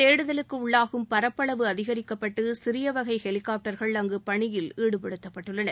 தேடுதலுக்கு உள்ளாகும் பரப்பளவு அதிகரிக்கப்பட்டு சிறிய வகை ஹெலிகாப்டர்கள் அங்கு பணியில் ஈடுபடுத்தப்பட்டுள்ளன